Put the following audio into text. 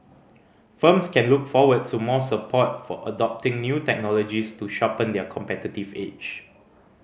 firms can look forward to more support for adopting new technologies to sharpen their competitive edge